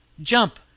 jump